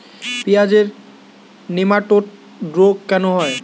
পেঁয়াজের নেমাটোড রোগ কেন হয়?